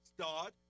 start